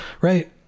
Right